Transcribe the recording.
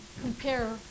compare